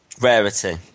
Rarity